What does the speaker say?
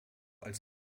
als